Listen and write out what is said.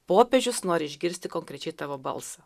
popiežius nori išgirsti konkrečiai tavo balsą